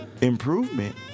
Improvement